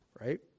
right